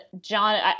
john